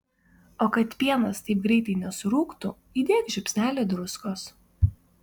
o kad pienas taip greitai nesurūgtų įdėk žiupsnelį druskos